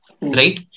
right